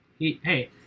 Hey